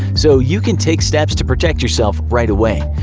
so you can take steps to protect yourself right away!